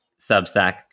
Substack